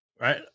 right